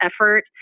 effort